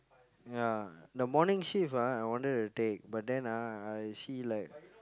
ya the morning shift ah I wanted to take but then ah I see like